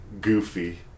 goofy